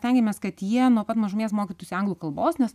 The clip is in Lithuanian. stengėmės kad jie nuo pat mažumės mokytųsi anglų kalbos nes